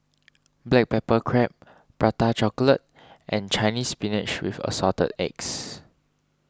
Black Pepper Crab Prata Chocolate and Chinese Spinach with Assorted Eggs